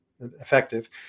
effective